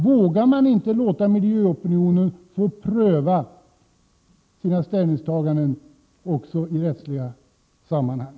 Vågar man inte låta miljöopinionen begära prövning av dess ställningstaganden också i rättsliga sammanhang?